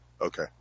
Okay